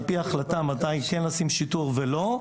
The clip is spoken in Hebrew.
אלא על פי החלטה מתי לשים שיטור ומתי לא,